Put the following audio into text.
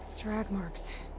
drag marks.